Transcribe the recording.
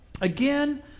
again